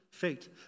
fate